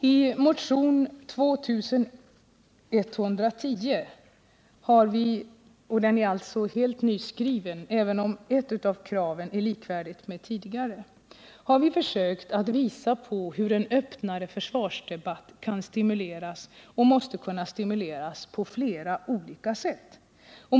I motionen 2110—den är helt nyskriven, även om ett av kraven är lik värdigt med tidigare — har vi försökt att visa på hur en öppnare försvarsdebatt kan stimuleras, och måste kunna stimuleras, på flera olika sätt.